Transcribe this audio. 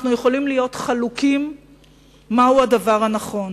אנחנו יכולים להיות חלוקים מהו הדבר הנכון,